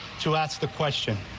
to ask the question.